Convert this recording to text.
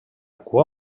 cua